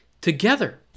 together